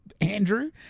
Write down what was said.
Andrew